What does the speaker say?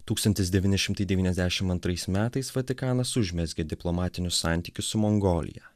tūkstantis devyni šimtai devyniasdešimt antrais metais vatikanas užmezgė diplomatinius santykius su mongolija